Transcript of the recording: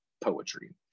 poetry